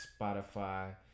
Spotify